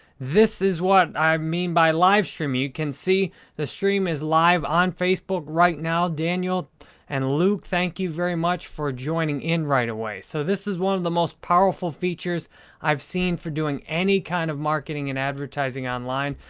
this is what i mean by live streaming. you can see the stream is live on facebook right now. daniel and luke, thank you very much for joining in right away. so, this is one of the most powerful features i've seen for doing any kind of marketing and advertising online.